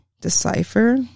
decipher